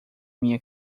minha